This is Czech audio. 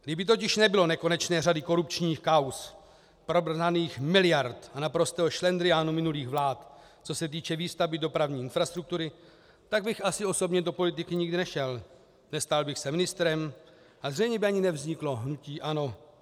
Kdyby totiž nebylo nekonečné řady korupčních kauz, promrhaných miliard a naprostého šlendriánu minulých vlád, co se týče výstavby dopravní infrastruktury, tak bych asi osobně do politiky nikdy nešel, nestal bych se ministrem a zřejmě by ani nevzniklo hnutí ANO.